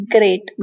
Great